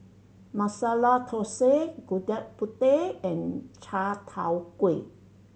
Masala Thosai Gudeg Putih and chai tow kway